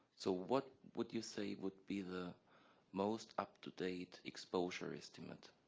so what would you say would be the most up-to-date exposure estimate